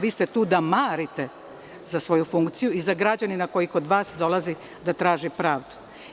Vi ste tu da marite za svoju funkciju i za građanina koji kod vas dolazi da traži pravdu.